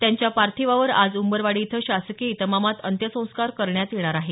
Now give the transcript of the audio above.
त्यांच्या पार्थिवावर आज उंबरवाडी इथं शासकीय इतमामामात अंत्यसंस्कार करण्यात येणार आहेत